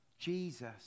Jesus